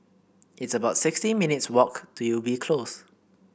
it's about sixty minutes' walk to Ubi Close